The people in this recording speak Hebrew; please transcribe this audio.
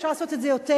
ואפשר לעשות את זה יותר,